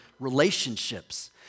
relationships